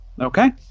Okay